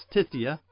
Tithia